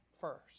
first